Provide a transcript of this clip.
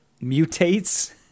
mutates